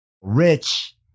rich